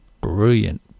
brilliant